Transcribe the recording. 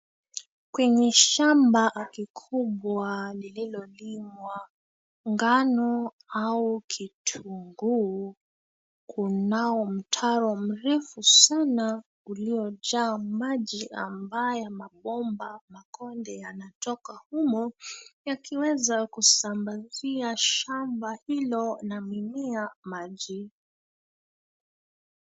Kwenye shamba kubwa lililolimwa ngano au kitunguu kunao mtaro mrefu sana uliojaa maji ambayo mabomba makonde yanatoka humo yakiweza kusambazia shamba hilo na mimea maji.